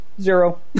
Zero